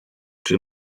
czy